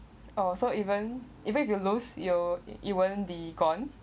oh so even even if you lose you you won't be gone